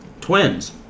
Twins